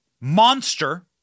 monster